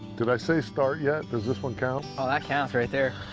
did i say start yet? does this one count? oh, that counts right there.